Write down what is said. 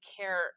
care